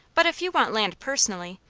but if you want land personally,